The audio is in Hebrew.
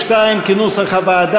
4 לסעיף 2, מי בעד?